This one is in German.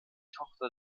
tochter